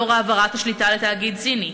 לאור העברת השליטה לתאגיד הסיני,